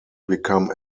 become